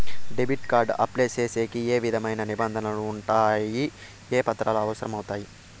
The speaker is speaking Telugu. డెబిట్ కార్డు అప్లై సేసేకి ఏ విధమైన నిబంధనలు ఉండాయి? ఏ పత్రాలు అవసరం అవుతాయి?